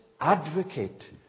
advocate